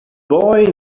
boy